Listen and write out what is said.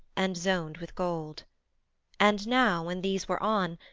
and zoned with gold and now when these were on,